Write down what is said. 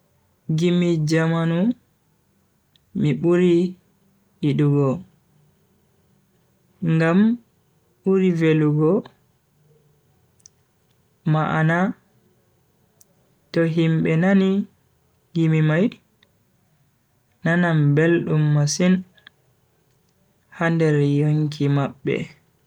Gimi jamanu miburi yidugo ngam buri velugo ma'ana to himbe nani gimi mai nanan beldum masin ha nder yonki mabbe.